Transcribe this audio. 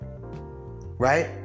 right